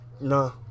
no